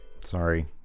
sorry